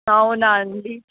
అవునా అండి